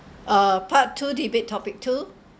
uh part two debate topic two